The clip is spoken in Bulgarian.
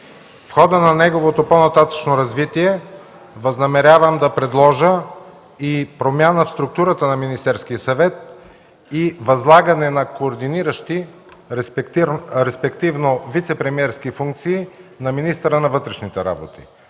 В хода на неговото по-нататъшно развитие възнамерявам да предложа и промяна в структурата на Министерския съвет и възлагане на координиращи, респективно вицепремиерски функции на министъра на вътрешните работи.